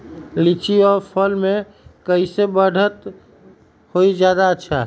लिचि क फल म कईसे बढ़त होई जादे अच्छा?